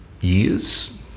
years